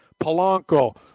Polanco